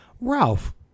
Ralph